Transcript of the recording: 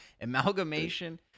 Amalgamation